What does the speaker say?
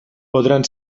podran